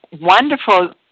wonderful